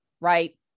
right